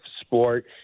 sport